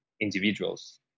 individuals